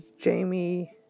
Jamie